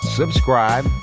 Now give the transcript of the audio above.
subscribe